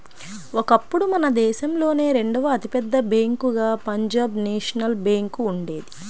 ఒకప్పుడు మన దేశంలోనే రెండవ అతి పెద్ద బ్యేంకుగా పంజాబ్ నేషనల్ బ్యేంకు ఉండేది